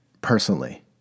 personally